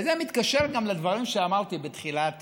זה מתקשר גם לדברים שאמרתי בתחילת